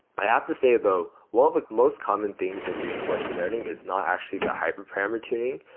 i have to say though, one of the most common things in reinforcement learning is not actually the hyperparameter tuning,